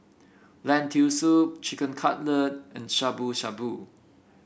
Lentil Soup Chicken Cutlet and Shabu Shabu